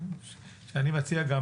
אני מציע גם